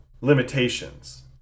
limitations